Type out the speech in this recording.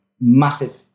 massive